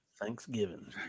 Thanksgiving